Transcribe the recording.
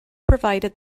provided